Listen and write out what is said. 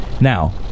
Now